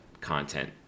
content